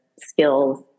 skills